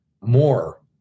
more